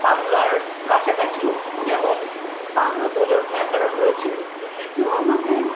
বাংলার কাছাকাছি যেরকম বাংলাতেও যেমন ব্যাকারণ রয়েছে হিন্দিতেও আমাদের